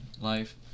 life